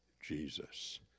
Jesus